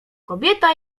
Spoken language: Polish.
kobieta